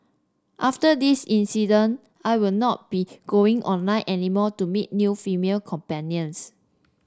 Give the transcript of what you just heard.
after this incident I will not be going online any more to meet new female companions